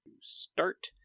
Start